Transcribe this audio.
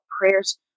prayers